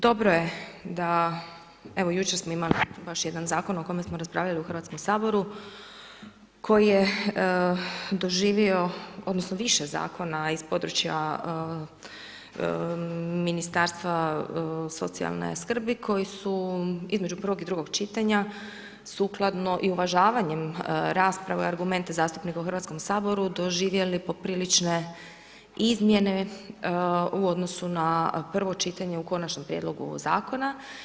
Dobro je da, evo jučer smo imali baš jedan zakon o kojem smo raspravljali u Hrvatskom saboru, koji je doživio, odnosno, više zakona iz područja Ministarstva socijalne skrbi, koje su između prvog i drugog čitanja, sukladno i uvažavanje rasprava i argumente zastupnika u Hrvatskom saboru, doživjeli poprilične izmjene u odnosu na prvo čitanje u konačni prijedlog ovog zakona.